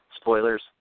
spoilers